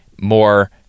more